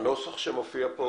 הנוסח שמופיע פה,